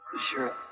Sure